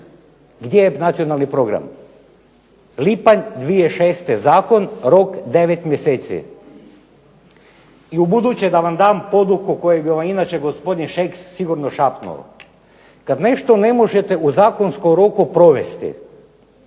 Gdje je nacionalni program? Lipanj 2006. zakon, rok 9 mjeseci. I ubuduće da vam dam odluku koju bi vam inače gospodin Šeks sigurno šapnuo. Kada nešto ne možete u zakonskom roku provesti,